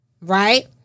right